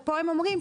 ופה הם אומרים,